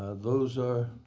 those are